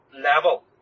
level